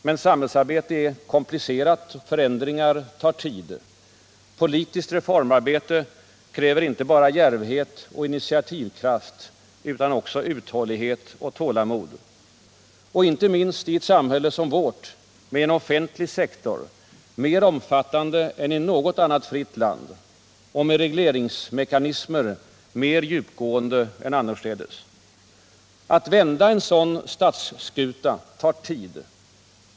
Men samhällsarbete är komplicerat. Förändringar tar tid. Politiskt reformarbete kräver inte bara djärvhet och initiativkraft. Utan också uthållighet och tålamod. Inte minst i ett samhälle som vårt, med en offentlig sektor mer omfattande än i något annat fritt land och med regleringsmekanismer mer djupgående än annorstädes. Att vända en sådan statsskuta tar tid.